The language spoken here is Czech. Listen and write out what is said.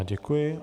Děkuji.